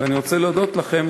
ואני רוצה להודות לכם,